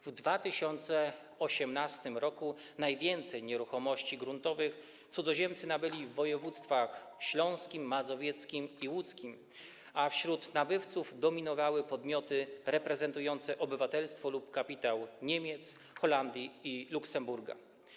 W 2018 r. najwięcej nieruchomości gruntowych cudzoziemcy nabyli w województwach: śląskim, mazowieckim i łódzkim, a wśród nabywców dominowały podmioty reprezentujące obywatelstwo lub kapitał Niemic, Holandii i Luksemburga.